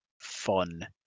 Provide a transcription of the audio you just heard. fun